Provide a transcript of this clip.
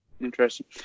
Interesting